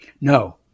No